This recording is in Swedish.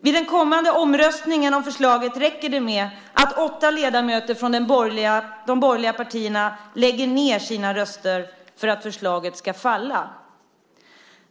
Vid den kommande omröstningen om förslaget räcker det med att åtta ledamöter från de borgerliga partierna lägger ned sina röster för att förslaget ska falla.